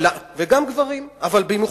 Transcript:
גם גברים.